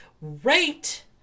rate